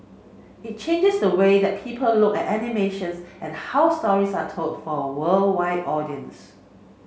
it changes the way that people look at animations and how stories are told for a worldwide audience